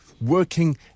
working